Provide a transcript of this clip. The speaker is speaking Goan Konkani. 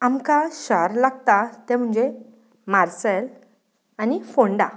आमकां शार लागता तें म्हणजे मार्सेल आनी फोंडा